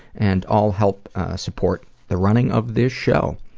and all help support the running of this show.